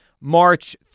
March